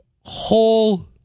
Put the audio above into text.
whole